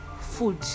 food